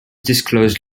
disclosed